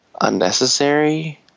unnecessary